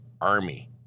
Army